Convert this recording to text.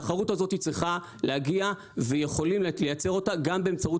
התחרות הזאת צריכה להגיע ויכולים לייצר אותה גם באמצעות